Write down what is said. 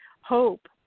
hope